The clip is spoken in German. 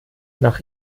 nach